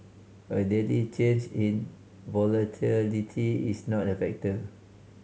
a daily change in volatility is not a factor